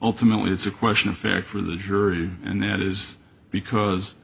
ltimately it's a question of fact for the jury and that is because